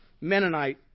Mennonite